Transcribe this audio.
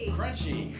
Crunchy